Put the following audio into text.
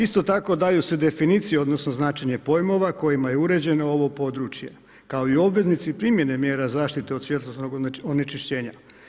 Isto tako daju se definicije odnosno značenje pojmova kojima je uređeno ovo područje kao i obveznici primjene mjera zaštite od svjetlosnog onečišćenja.